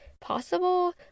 possible